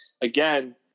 again